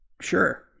Sure